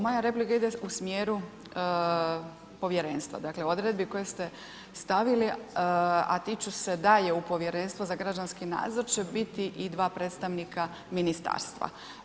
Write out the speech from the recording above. Moja replika ide u smjeru povjerenstva, dakle odredbi koje ste stavili, a tiču se da je u Povjerenstvo za građanski nadzor će biti i dva predstavnika ministarstva.